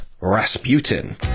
Rasputin